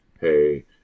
hey